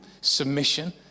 Submission